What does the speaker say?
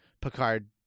Picard